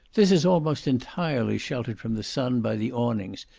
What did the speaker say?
this is almost entirely sheltered from the sun by the awnings,